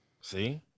See